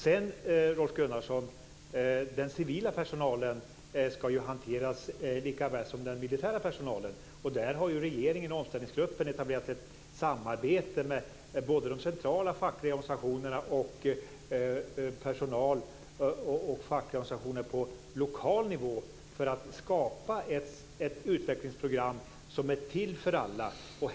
Sedan, Rolf Gunnarsson: Den civila personalen ska hanteras lika väl som den militära. Där har ju regeringen och omställningsgruppen etablerat ett samarbete med både centrala fackliga organisationer och personal och fackliga organisationer på lokal nivå för att skapa ett utvecklingsprogram som är till för alla.